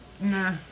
Nah